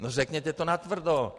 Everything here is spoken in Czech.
No, řekněte to natvrdo.